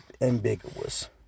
ambiguous